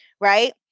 right